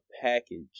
package